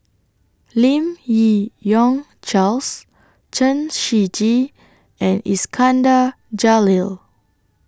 Lim Yi Yong Charles Chen Shiji and Iskandar Jalil